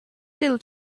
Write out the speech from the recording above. till